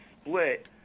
split